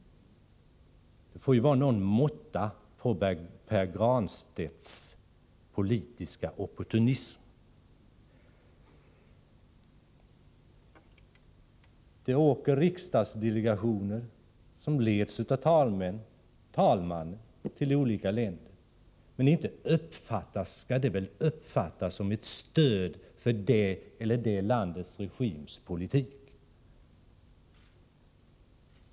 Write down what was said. Det får väl vara någon måtta på Pär Granstedts politiska opportunism! Riksdagsdelegationer ledda av talmannen åker till olika länder. Men inte skall det väl uppfattas som ett stöd för den politik som det eller det landets regim för.